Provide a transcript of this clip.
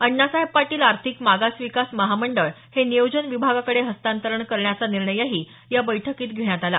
अण्णासाहेब पाटील आर्थिक मागास विकास महामंडळ हे नियोजन विभागाकडे हस्तांतरण करण्याचा निर्णयही या बैठकीत घेण्यात आला